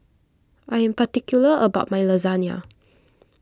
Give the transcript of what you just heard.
I am particular about my Lasagna